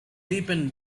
deepened